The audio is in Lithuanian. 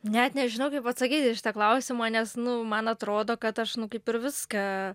net nežinau kaip atsakyt į šitą klausimą nes nu man atrodo kad aš nu kaip ir viską